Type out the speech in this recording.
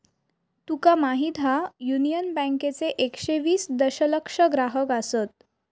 तुका माहीत हा, युनियन बँकेचे एकशे वीस दशलक्ष ग्राहक आसत